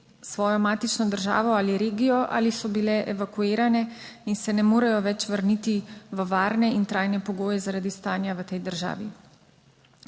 svojo matično državo ali regijo ali so bile evakuirane in se ne morejo več vrniti v varne in trajne pogoje zaradi stanja v tej državi.